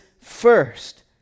first